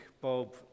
Bob